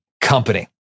company